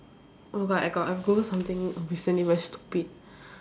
oh but I got I Googled something recently very stupid